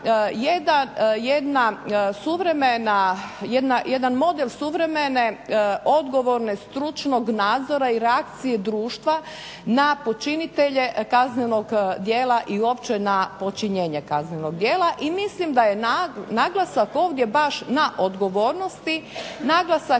jedan model suvremene, odgovorne, stručnog nadzora i reakciji društva na počinitelje kaznenog djela i uopće na počinjenje kaznenog djela i mislim da je naglasak ovdje baš na odgovornosti, naglasak